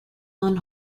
one